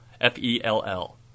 F-E-L-L